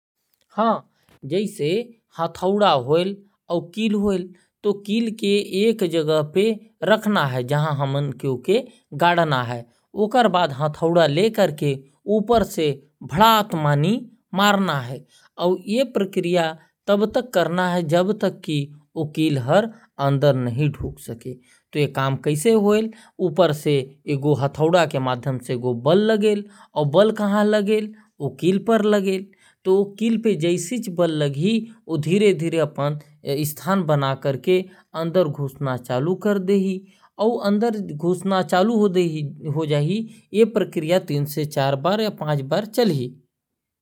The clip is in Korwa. हां जैसे हथौड़ा और किल होयल। किल ल ठोकना है तो ऊपर ले हथौड़ा से भड़क मानी मारना है और ये प्रक्रिया ल तब तक करना है जब तक किल हर घुस न जाए। ठोके से दबाओ बनेल और किल हर अंदर ढुक जायल । ये प्रक्रिया तीन से चार बार करे से किल अंदर घुस जाहि।